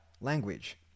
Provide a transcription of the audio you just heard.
language